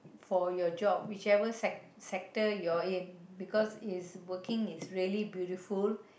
for your job whichever se sector you are in because is working is really beautiful